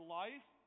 life